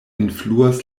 influas